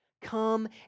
Come